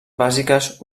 bàsiques